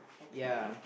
okay